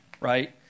right